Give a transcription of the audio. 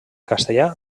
castellà